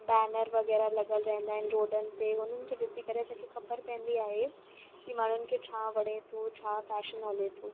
banner वग़ैरह लॻियलु रहंदा आहिनि रोडनि ते हुननि खे ॾिसी करे असांखे ख़बरु पवंदी आहे की माण्हुनि खे छा वणे थो छा फैशन हले थो